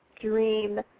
dream